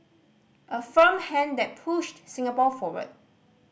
a firm hand that pushed Singapore forward